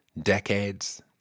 decades